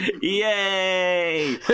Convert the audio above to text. Yay